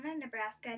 Nebraska